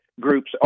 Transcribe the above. groups